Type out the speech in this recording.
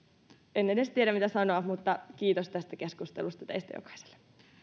en edes tiedä mitä sanoa mutta kiitos tästä keskustelusta teistä jokaiselle